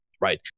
right